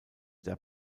der